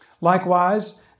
Likewise